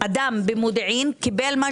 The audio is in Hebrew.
יחד עם זאת אנחנו קיבלנו